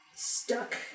Stuck